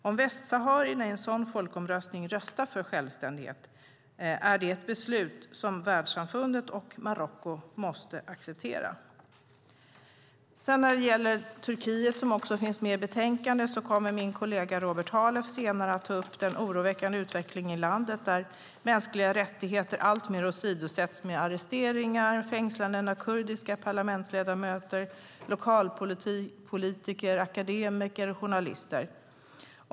Om västsaharierna i en sådan folkomröstning röstar för självständighet är det ett beslut som Marocko och världssamfundet måste acceptera. Herr talman! När det gäller situationen i Turkiet som också finns med i betänkandet kommer min kollega Robert Halef senare att ta upp den oroväckande utvecklingen i landet där mänskliga rättigheter alltmer åsidosätts i och med arresteringar och fängslanden av kurdiska parlamentsledamöter, lokalpolitiker, akademiker och journalister.